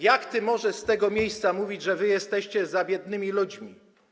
Jak ty możesz z tego miejsca mówić, że wy jesteście za biednymi ludźmi?